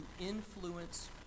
influence